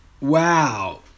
Wow